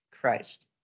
Christ